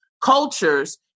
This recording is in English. cultures